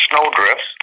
snowdrifts